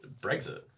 Brexit